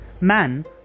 Man